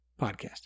podcast